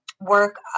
work